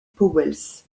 pauwels